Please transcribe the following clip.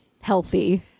healthy